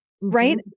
right